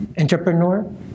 entrepreneur